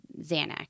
Xanax